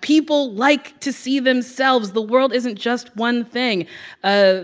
people like to see themselves. the world isn't just one thing ah